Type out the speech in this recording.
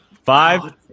Five